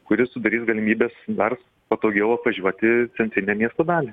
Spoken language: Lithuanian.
kuri sudarys galimybes dar patogiau apvažiuoti centrinę miesto dalį